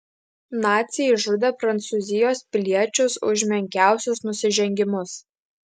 naciai žudė prancūzijos piliečius už menkiausius nusižengimus